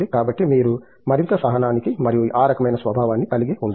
కాబట్టి మీరు మరింత సహనానికి మరియు ఆ రకమైన స్వభావాన్ని కలిగి ఉండాలి